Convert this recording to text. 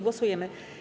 Głosujemy.